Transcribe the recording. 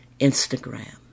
Instagram